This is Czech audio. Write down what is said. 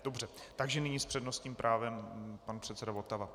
Dobře, takže nyní s přednostním právem pan předseda Votava.